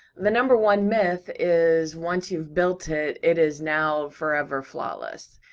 the number one myth is once you've built it, it is now forever flawless,